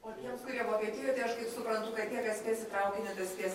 o tiems kurie vokietijoj tai aš kaip suprantu kad jie tespės į traukinį tai spės